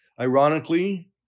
Ironically